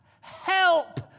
help